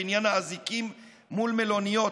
בעניין אזיקים מול מלוניות,